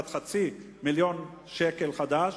עד חצי מיליון שקל חדש,